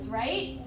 right